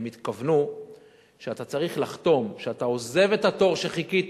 הם התכוונו שאתה צריך לחתום שאתה עוזב את התור שחיכית